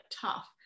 tough